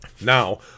Now